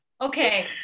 okay